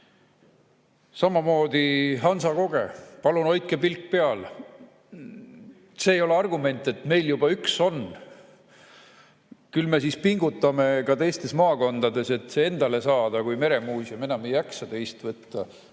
Samamoodi hoidke hansakogel palun pilk peal. See ei ole argument, et meil juba üks on. Küll me siis pingutame teistes maakondades, et see endale saada, kui meremuuseum enam ei jaksa teist võtta.